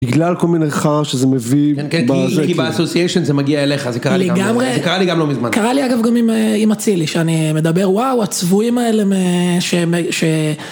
בגלל כל מיני חרא שזה מביא. כן כי היא באסוסיישן זה מגיע אליך, זה קרה לי גם לא מזמן. קרה לי אגב גם עם אצילי שאני מדבר וואו הצבועים האלה מ... ש...